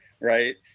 Right